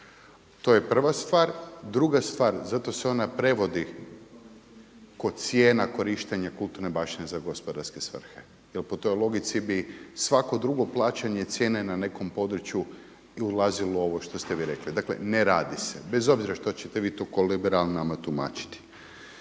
To je prva stvar. Druga stvar, zato se ona prevodi kao cijena korištenja kulturne baštine za gospodarske svrhe. Jer po toj logici bi svako drugo plaćanje cijene na nekom području i ulazilo ovo što ste vi rekli, dakle ne radi se. Bez obzira što ćete vi tu kao liberali nama tumačiti.